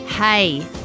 Hey